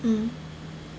mm